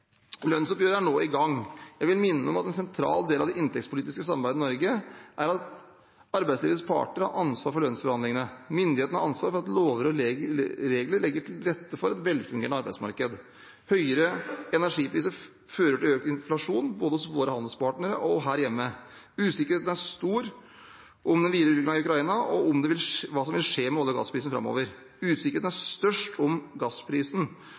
Lønnsoppgjøret er nå i gang. Jeg vil minne om at en sentral del av det inntektspolitiske samarbeidet i Norge er at arbeidslivets parter har ansvar for lønnsforhandlingene. Myndighetene har ansvar for at lover og regler legger til rette for et velfungerende arbeidsmarked. Høyere energipriser fører til økt inflasjon både hos våre handelspartnere og her hjemme. Usikkerheten er stor om den videre utviklingen i Ukraina og om hva som vil skje med olje- og gassprisen framover. Usikkerheten er størst om gassprisen,